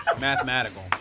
Mathematical